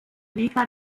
liga